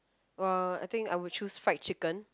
well I think I will choose fried chicken